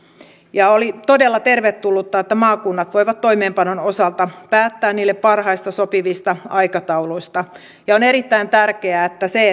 ja oli todella tervetullutta että maakunnat voivat toimeenpanon osalta päättää niille parhaiten sopivista aikatauluista on erittäin tärkeää se